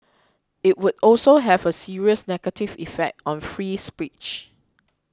it would also have a serious negative effect on free speech